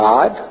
God